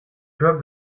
drop